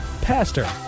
Pastor